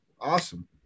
Awesome